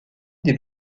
des